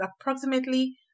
approximately